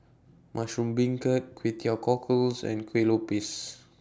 Mushroom Beancurd Kway Teow Cockles and Kuih Lopes